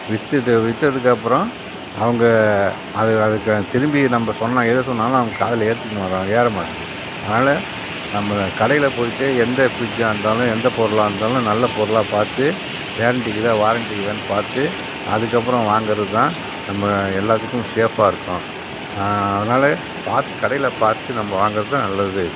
விற்றுட்டு விற்றதுக்கு அப்புறம் அவங்க அது அதுக்கு திரும்பி நம்ப சொன்னால் எதை சொன்னாலும் அவங்க காதில் ஏற்றுக்க மாட்டுறாங்க ஏற மாட்டுது அதனால் நம்ப கடையில் போய்விட்டு எந்த ஃப்ரிட்ஜாக இருந்தாலும் எந்த பொருளாக இருந்தாலும் நல்ல பொருளாக பார்த்து கேரண்டி இருக்குதா வாரண்டி இருக்குதான்னு பார்த்து அதற்கப்பறம் வாங்குறது தான் நம்ம எல்லாத்துக்கும் சேஃப்பாக இருக்கும் அதனால பார்த்து கடையில் பார்த்து நம்ப வாங்குறது தான் நல்லது